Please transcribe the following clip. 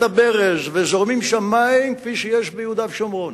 הברז וזורמים שם מים כפי שיש ביהודה ושומרון.